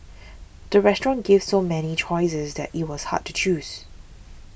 the restaurant gave so many choices that it was hard to choose